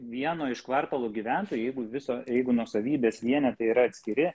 vieno iš kvartalų gyventojai jeigu viso jeigu nuosavybės vienetai yra atskiri